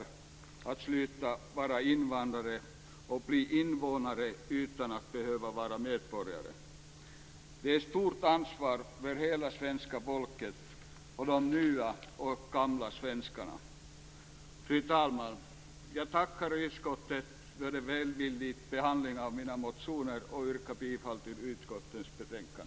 De vill sluta att vara invandrare och bli invånare utan att behöva vara medborgare. Det är ett stort ansvar för hela svenska folket, de nya och de gamla svenskarna. Fru talman! Jag tackar utskottet för en välvillig behandling av mina motioner samtidigt som jag yrkar bifall till utskottets hemställan.